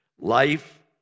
Life